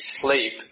sleep